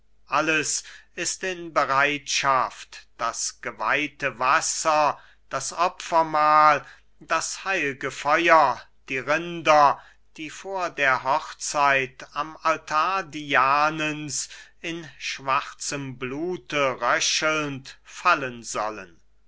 alles ist in bereitschaft das geweihte wasser das opfermahl das heil'ge feu'r die rinder die vor der hochzeit am altar dianens in schwarzem blute röchelnd fallen sollen